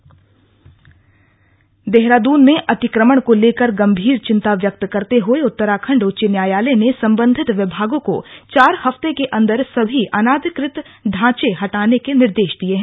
उच्च न्यायालय देहरादून में अंतिक्रमण को लेकर गंभीर चिंता व्यक्त करते हुए उत्तराखंड उच्च न्यायालय ने संबंधित विभागों को चार हफ्ते के अंदर सभी अनाधिकृत ढांचे हटाने के निर्देश दिए हैं